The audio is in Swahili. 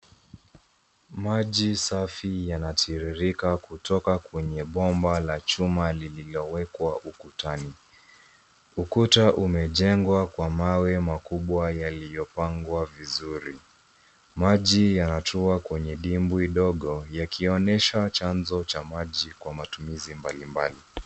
Maji safi yanatiririka kutoka kwenye bwambwa la chuma lililowekwa ukutani. Ukuta umejengwa kwa mawe makubwa yaliyopangwa vizuri. Maji yanatoka kwenye dimbwi ndogo yakionyesha chanzo cha maji kwa matumizi mbalimbali.